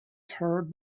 heard